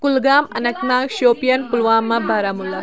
Kulgam Anant Nag Shopian Pulwama Baramulla